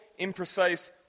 imprecise